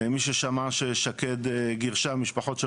מי ששמע ששקד גירשה משפחות של